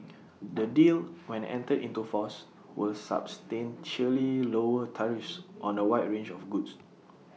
the deal when entered into force will substantially lower tariffs on A wide range of goods